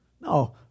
No